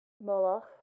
moloch